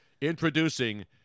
introducing